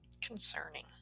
Concerning